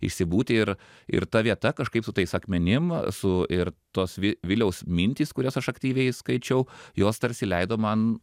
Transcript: išsibūti ir ir ta vieta kažkaip su tais akmenim su ir tos viliaus mintys kurias aš aktyviai skaičiau jos tarsi leido man